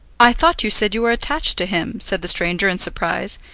i thought you said you were attached to him, said the stranger in surprise,